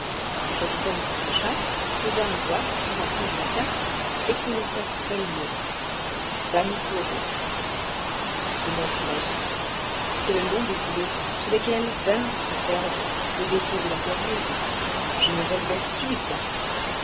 le capitaine s'approcha posa un doigt sur un point de la carte et prononça ce seul mot vanikoro ce nom fut magique c'était le nom des îlots sur lesquels vinrent se perdre les vaisseaux de la pérouse je me relevai subitement